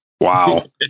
Wow